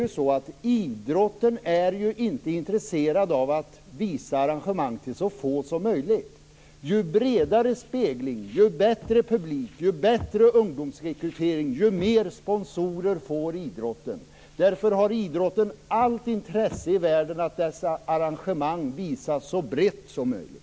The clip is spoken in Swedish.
Idrottsrörelsen är ju inte intresserad av att visa arrangemang för så få som möjligt. Ju bredare spegling, ju bättre publik, ju bättre ungdomsrekrytering, desto fler sponsorer får idrotten. Därför har man inom idrotten allt intresse i världen av att dess arrangemang visas så brett som möjligt.